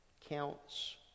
counts